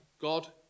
God